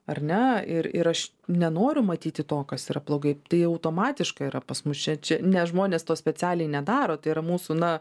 ar ne ir ir aš nenoriu matyti to kas yra blogai tai automatiškai yra pas mus čia čia ne žmonės to specialiai nedaro tai yra mūsų na